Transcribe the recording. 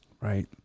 right